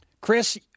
Chris